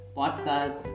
podcast